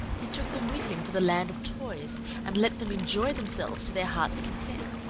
he took them with him to the land of toys and let them enjoy themselves to their heart's content.